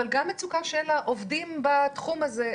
אבל גם מצוקה של העובדים בתחום הזה,